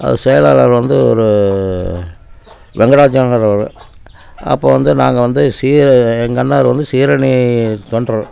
அது செயலாளர் வந்து ஒரு வெங்கடாஜலங்கரவர் அப்போ வந்து நாங்கள் வந்து சீ எங்கள் அண்ணார் வந்து சீரணித் தொண்டர்